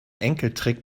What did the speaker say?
enkeltrick